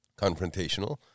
confrontational